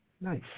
Nice